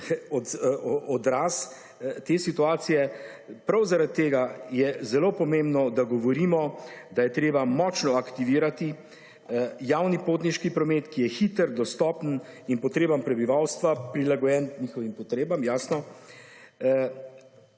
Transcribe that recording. odraz te situacije, prav zaradi tega je zelo pomembno, da govorimo, da je treba močno aktivirati javni potniški promet, ki je hiter, dostopen in potrebam prebivalstva prilagojen njihovim potrebam, jasno,